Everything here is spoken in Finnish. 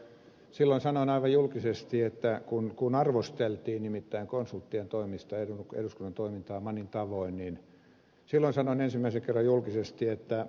silloin sanoin aivan julkisesti kun nimittäin konsulttien toimesta arvosteltiin eduskunnan toimintaa monin tavoin silloin sanoin ensimmäisen kerran julkisesti että